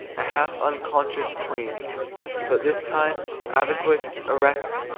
a half unconscious queen but this time, adequate, erect,